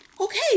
Okay